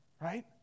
right